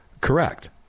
Correct